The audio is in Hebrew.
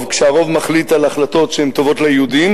כשהרוב מחליט החלטות שהן טובות ליהודים,